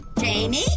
Jamie